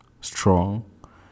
strong